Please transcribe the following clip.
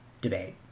debate